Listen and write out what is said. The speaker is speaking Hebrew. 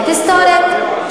אמת היסטורית.